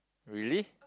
really